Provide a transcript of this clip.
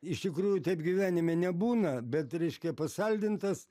iš tikrųjų taip gyvenime nebūna bet reiškia pasaldintas